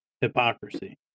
hypocrisy